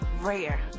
Rare